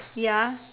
ya